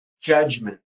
judgment